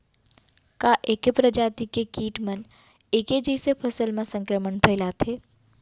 का ऐके प्रजाति के किट मन ऐके जइसे फसल म संक्रमण फइलाथें?